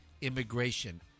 immigration